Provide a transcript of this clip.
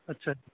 ਅੱਛਾ ਜੀ